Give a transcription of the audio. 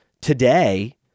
today